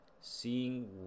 seeing